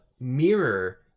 mirror